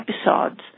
episodes